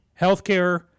Healthcare